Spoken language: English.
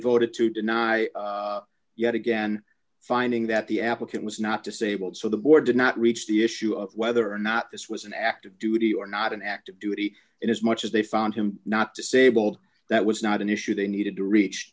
voted to deny yet again finding that the applicant was not disabled so the board did not reach the issue of whether or not this was an active duty or not an active duty and as much as they found him not disabled that was not an issue they needed to reach